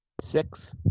Six